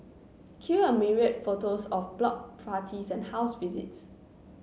cue a myriad photos of block parties and house visits